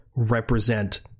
represent